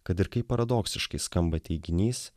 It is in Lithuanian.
kad ir kaip paradoksiškai skamba teiginys